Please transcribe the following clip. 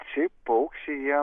šiaip paukščiai jie